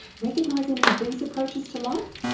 recognise any of these approaches to life?